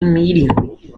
immediately